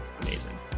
Amazing